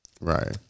right